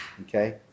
Okay